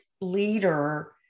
leader